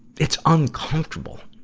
it's uncomfortable.